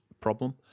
problem